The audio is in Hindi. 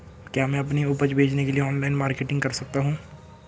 क्या मैं अपनी उपज बेचने के लिए ऑनलाइन मार्केटिंग कर सकता हूँ?